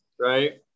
right